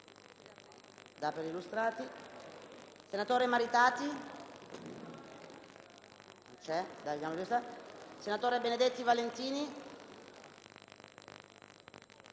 senatore Benedetti Valentini.